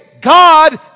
God